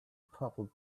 purple